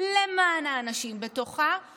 למען האנשים שבתוכה ולטובת האנשים שבתוכה.